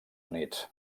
units